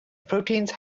proteins